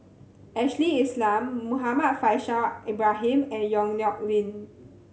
Ashley Isham Muhammad Faishal Ibrahim and Yong Nyuk Lin